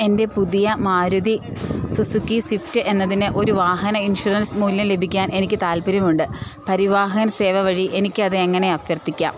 എൻ്റെ പുതിയ Maruti Suzuki Swift എന്നതിനൊരു വാഹന ഇൻഷുറൻസ് മൂല്യം ലഭിക്കാൻ എനിക്ക് താൽപ്പര്യമുണ്ട് പരിവാഹൻ സേവ വഴി എനിക്ക് അതെങ്ങനെ അഭ്യർത്ഥിക്കാം